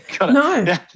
No